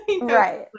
Right